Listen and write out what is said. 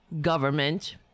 government